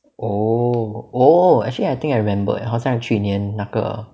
oh oh actually I think I remember 好像去年那个